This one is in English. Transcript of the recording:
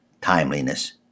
timeliness